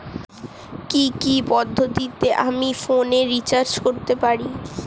কি কি পদ্ধতিতে আমি ফোনে রিচার্জ করতে পারি?